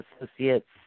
associates